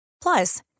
Plus